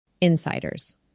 Insiders